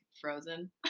frozen